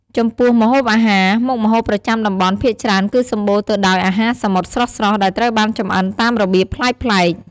ចំពោះម្ហូបអាហារ មុខម្ហូបប្រចាំតំបន់ភាគច្រើនគឺសម្បូរទៅដោយអាហារសមុទ្រស្រស់ៗ ដែលត្រូវបានចម្អិនតាមរបៀបប្លែកៗ។